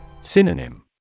Synonym